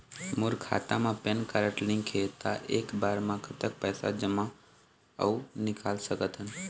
मोर खाता मा PAN card link हे ता एक बार मा कतक पैसा जमा अऊ निकाल सकथन?